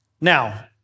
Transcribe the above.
Now